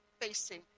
facing